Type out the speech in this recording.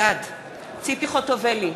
בעד ציפי חוטובלי,